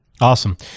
Awesome